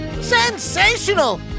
Sensational